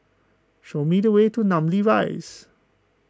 show me the way to Namly Rise